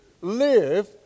Live